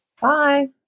Bye